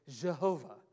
Jehovah